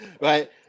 right